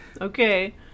Okay